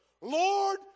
Lord